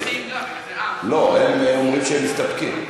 גם הם לא מציעים.